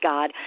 God